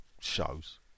shows